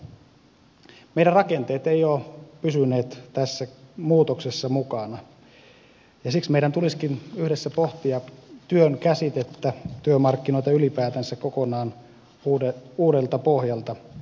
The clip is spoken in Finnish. meidän rakenteemme eivät ole pysyneet tässä muutoksessa mukana ja siksi meidän tulisikin yhdessä pohtia työn käsitettä työmarkkinoita ylipäätänsä kokonaan uudelta pohjalta